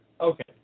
Okay